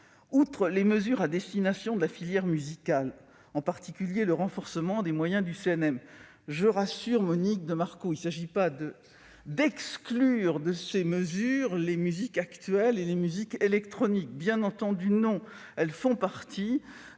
y a des mesures à destination de la filière musicale, en particulier le renforcement des moyens du CNM, et, je rassure Monique de Marco, il ne s'agit pas d'exclure de ces mesures les musiques actuelles, dont la musique électronique. Bien entendu, elles font partie